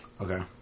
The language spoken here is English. Okay